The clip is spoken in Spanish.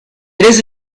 eres